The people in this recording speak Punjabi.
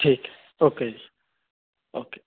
ਠੀਕ ਓਕੇ